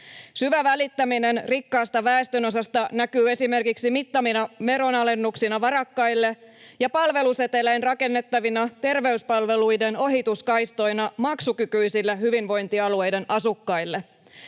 Syvä välittäminen rikkaasta väestönosasta näkyy esimerkiksi mittavina veronalennuksina varakkaille ja palvelusetelein rakennettavina terveyspalveluiden ohituskaistoina maksukykyisille hyvinvointialueiden asukkaille.